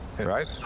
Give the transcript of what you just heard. right